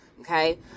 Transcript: okay